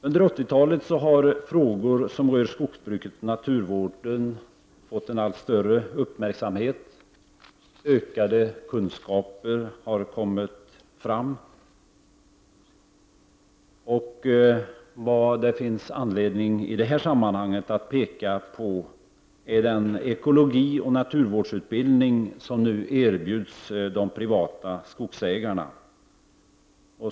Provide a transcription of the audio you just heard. Under 80-talet har frågor som rör skogsbruket och naturvården fått en allt större uppmärksamhet. Ökade kunskaper har kommit fram. Det finns i det här sammanhanget anledning att peka på den ekologioch naturvårdsutbildning som nu erbjuds de privata skogsägarna.